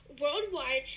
Worldwide